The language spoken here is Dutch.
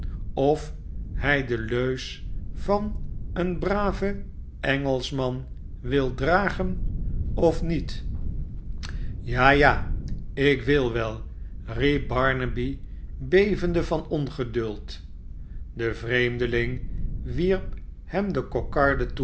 of hij de leus van een braven engelschman wil dragen of niet ja ja ik wil wel riep barnaby men geeft barnaby een kokarde t evende van ongeduld de vreemdeling wierp hem de